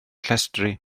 llestri